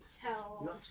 tell